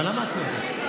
אבל למה את צועקת?